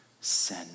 Sin